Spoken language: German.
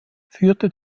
führte